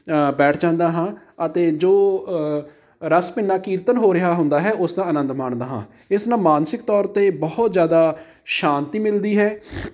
ਬੈਠ ਜਾਂਦਾ ਹਾਂ ਅਤੇ ਜੋ ਰਸ ਭਿੰਨਾ ਕੀਰਤਨ ਹੋ ਰਿਹਾ ਹੁੰਦਾ ਹੈ ਉਸ ਦਾ ਅਨੰਦ ਮਾਣਦਾ ਹਾਂ ਇਸ ਨਾਲ ਮਾਨਸਿਕ ਤੌਰ 'ਤੇ ਬਹੁਤ ਜ਼ਿਆਦਾ ਸ਼ਾਂਤੀ ਮਿਲਦੀ ਹੈ